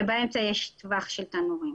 ובאמצע יש טווח של תנורים.